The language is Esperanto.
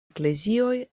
eklezioj